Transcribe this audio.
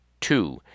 two